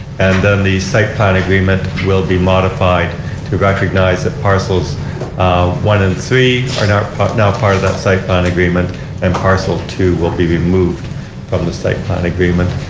and then the site plan agreement will be modified to recognize parcels one and three are now part now part of that site plan agreement and parcel two will be removed from the site plan agreement.